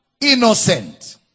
innocent